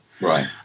Right